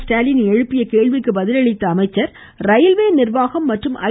ஸ்டாலின் எழுப்பிய கேள்விக்கு பதிலளித்த அமைச்சர் ரயில்வே நிர்வாகம் மற்றும் ஐ